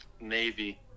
Navy